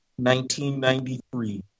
1993